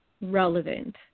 relevant